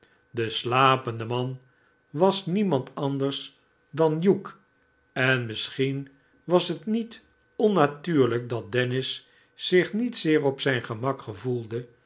de slapende man was niemand anders dan hugh en misschien was het niet onnatuurlijk dat dennis zich niet zeer op zijn gemak gevoelde